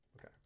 Okay